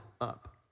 up